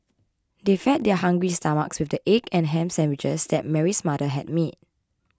they fed their hungry stomachs with the egg and ham sandwiches that Mary's mother had made